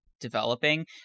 developing